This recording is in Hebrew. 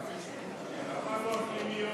למה לא למשל.